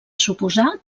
suposar